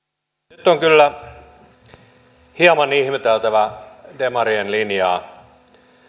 nyt on kyllä hieman ihmeteltävä demarien linjaa